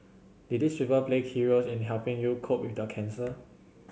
did these people play key roles in the helping you cope with the cancer